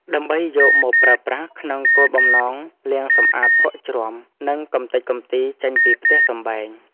ដើម្បីយកមកប្រើប្រាស់ក្នុងគោលបំណងលាងសម្អាតភក់ជ្រាំ និងកម្ទេចកំទីចេញពីផ្ទះសម្បែង។